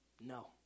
No